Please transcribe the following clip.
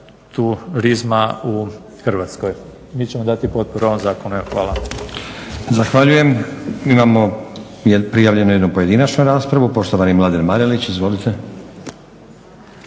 turizma u Hrvatskoj. Mi ćemo dati potporu ovom zakonu. Hvala.